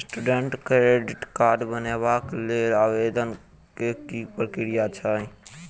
Student credit card बनेबाक लेल आवेदन केँ की प्रक्रिया छै?